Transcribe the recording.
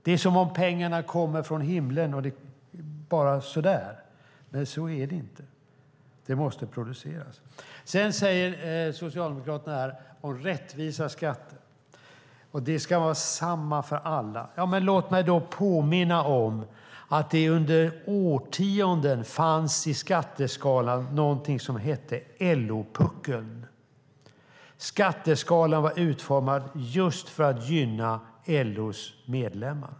Det är som om pengarna kommer från himlen, bara så där. Men så är det inte. Det måste produceras. Sedan talar Socialdemokraterna här om rättvisa skatter, att de ska vara samma för alla. Men låt mig då påminna om att det under årtionden fanns i skatteskalan någonting som hette LO-puckeln. Skatteskalan var utformad just för att gynna LO:s medlemmar.